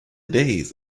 days